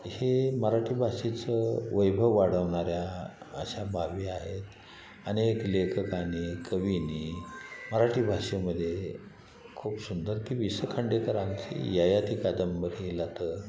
हे मराठी भाषेचं वैभव वाढवणाऱ्या अशा बाबी आहेत अनेक लेखकांनी कवींनी मराठी भाषेमध्ये खूप सुंदर की वि स खांडेकरांची ययाति कादंबरीला तर